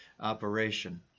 operation